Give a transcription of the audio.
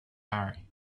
marry